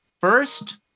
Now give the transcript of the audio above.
First